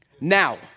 Now